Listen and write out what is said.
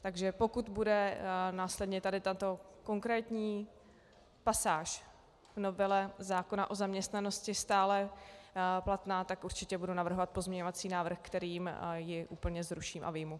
Takže pokud bude následně tady tato konkrétní pasáž v novele zákona o zaměstnanosti stále platná, tak určitě budu navrhovat pozměňovací návrh, kterým ji úplně zruším a vyjmu.